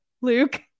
luke